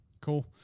Cool